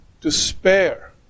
despair